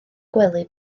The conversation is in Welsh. gwely